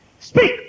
Speak